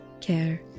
care